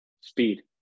speed